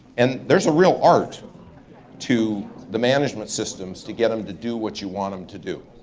and there's a real art to the management systems to get em to do what you want em to do.